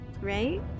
right